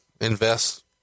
invest